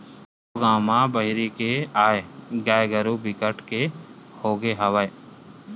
सब्बो गाँव म बाहिर के आए गाय गरूवा बिकट के होगे हवय